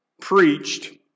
preached